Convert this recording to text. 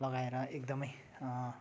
लगाएर एकदमै